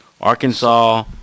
Arkansas